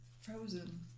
Frozen